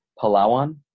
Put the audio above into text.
Palawan